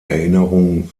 erinnerungen